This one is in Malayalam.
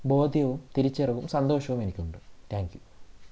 ബോധ്യവും തിരിച്ചറിവും സന്തോഷവും എനിക്കുണ്ട് ടാങ്ക് യു